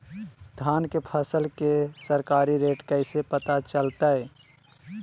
धान के फसल के सरकारी रेट कैसे पता चलताय?